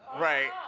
right.